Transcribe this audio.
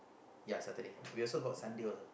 yeah Saturday we also got Sunday also